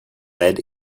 lead